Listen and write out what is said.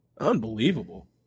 Unbelievable